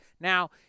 Now